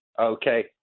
Okay